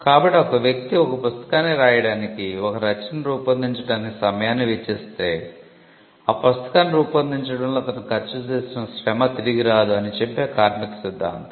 కాబట్టి ఒక వ్యక్తి ఒక పుస్తకాన్ని వ్రాయడానికి ఒక రచనను రూపొందించడానికి సమయాన్ని వెచ్చిస్తే ఆ పుస్తకాన్ని రూపొందించడంలో అతను ఖర్చు చేసిన శ్రమ తిరిగి రాదు అని చెప్పే కార్మిక సిద్ధాంతం